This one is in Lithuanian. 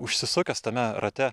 užsisukęs tame rate